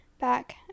back